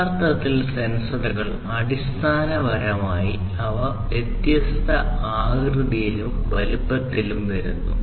യഥാർത്ഥത്തിൽ സെൻസറുകൾ അടിസ്ഥാനപരമായി അവ വ്യത്യസ്ത ആകൃതിയിലും വലുപ്പത്തിലും വരുന്നു